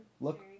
look